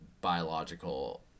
biological